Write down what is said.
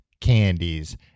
candies